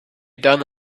done